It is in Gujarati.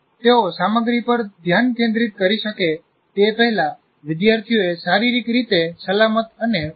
તેઓ સામગ્રી પર ધ્યાન કેન્દ્રિત કરી શકે તે પહેલા વિદ્યાર્થીઓએ શારીરિક રીતે સલામત અને ભાવનાત્મક રીતે સુરક્ષિત હોવું જોઈએ